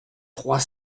trois